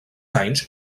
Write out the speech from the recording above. anys